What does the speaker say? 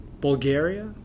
Bulgaria